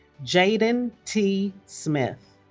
jaden t. smith